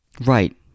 Right